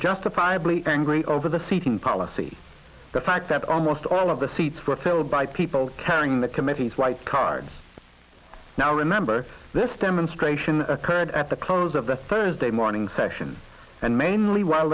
justifiably angry over the seating policy the fact that almost all of the seats were filled by people carrying the committees lights cards now remember this demonstration occurred at the close of the thursday morning session and mainly while